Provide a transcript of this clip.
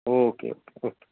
okay okay